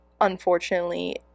unfortunately